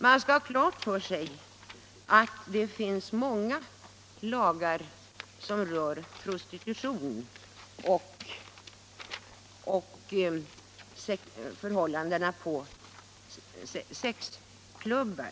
Man skall ha klart för sig att det finns många lagar som rör prostitutionen och förhållandena på sexklubbar.